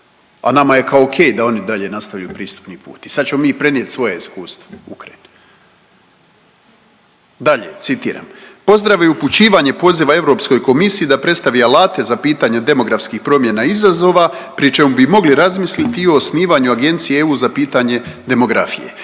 A nama je kao ok da oni dalje nastavljaju pristupni put i sad ćemo mi prenijet svoja iskustva Ukrajini. Dalje, citiram „Pozdravio je upućivanje poziva Europskoj komisiji da predstavi alate za pitanja demografskih promjena izazova pri čemu bi mogli razmisliti i o osnivanju Agencije EU za pitanje demografije.